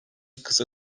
kısa